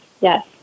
yes